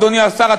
אדוני השר,